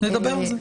נדבר על זה.